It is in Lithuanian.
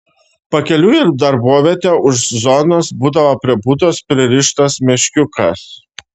pakeliui į darbovietę už zonos būdavo prie būdos pririštas meškiukas